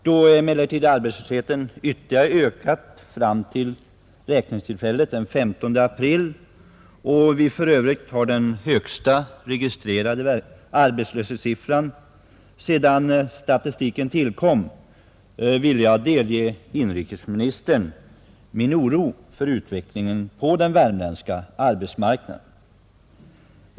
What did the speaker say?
Då emellertid arbetslösheten ytterligare ökat under april månad och vi för övrigt har den högsta registrerade arbetslöshetssiffran sedan nuvarande statistiken tillkom, vill jag delge inrikesministern min oro för utvecklingen på den värmländska arbetsmarknaden.